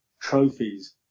trophies